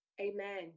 Amen